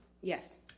Yes